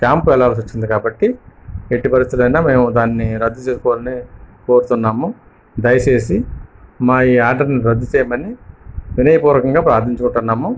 camp వెళ్ళాల్సి వచ్చింది కాబట్టి ఎట్టి పరిస్థితులలో అయినా మేము దానిని రద్దు చేసుకోవాలని కోరుతున్నాము దయచేసి మా ఈ ఆర్డరుని రద్దు చేయమని వినయపూర్వకంగా ప్రార్ధించుకుంటున్నాము